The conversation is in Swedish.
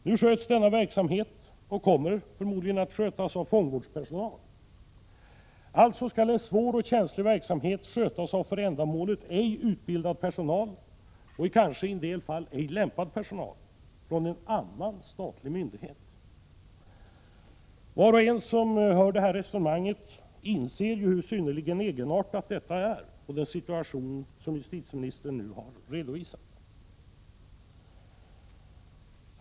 Nu sköts denna verksamhet, och kommer förmodligen att skötas, av fångvårdspersonal. Alltså skall en svår och känslig verksamhet skötas av för ändamålet ej utbildad, och i en del fall kanske mindre lämpad, personal från en annan statlig myndighet. Var och en inser det synnerligen egenartade i den situation som justitieministern har redovisat.